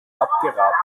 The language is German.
abgeraten